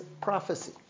prophecy